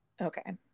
Okay